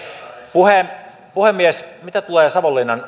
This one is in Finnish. puhemies mitä tulee savonlinnan